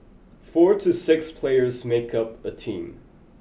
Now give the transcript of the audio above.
four to six players make up a team